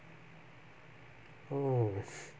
oo